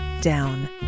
down